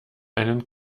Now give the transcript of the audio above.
einen